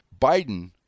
Biden